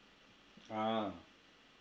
ah